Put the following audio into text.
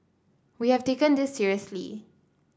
we have taken this seriously